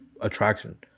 attraction